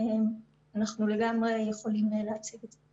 אנחנו לגמרי יכולים להציג את זה.